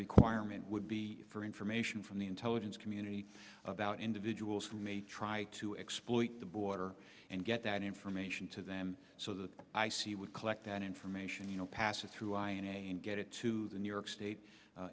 requirement would be for information from the intelligence community about individuals who may try to exploit the border and get that information to them so the i c would collect that information you know pass it through and get it to the new york state